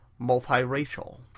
multiracial